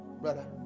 brother